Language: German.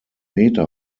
meter